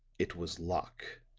it was locke